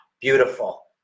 beautiful